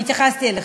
והתייחסתי אליכם.